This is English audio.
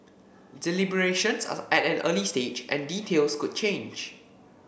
deliberations are at an early stage and details could change